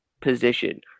position